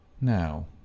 Now